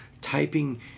typing